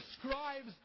describes